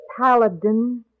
paladin